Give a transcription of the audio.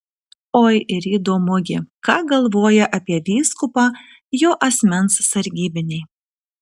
oi ir įdomu gi ką galvoja apie vyskupą jo asmens sargybiniai